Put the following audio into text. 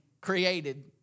created